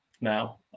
now